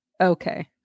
okay